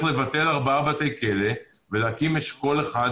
לבטל ארבעה בתי כלא ולהקים אשכול אחד מודרני.